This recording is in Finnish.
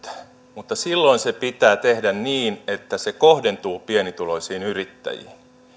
mutta silloin se pitää tehdä niin että se kohdentuu pienituloisiin yrittäjiin